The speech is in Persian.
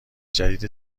جدید